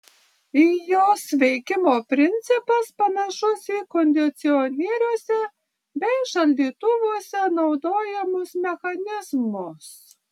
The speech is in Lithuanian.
jos veikimo principas panašus į kondicionieriuose bei šaldytuvuose naudojamus mechanizmus